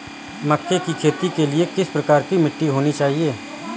मक्के की खेती के लिए किस प्रकार की मिट्टी होनी चाहिए?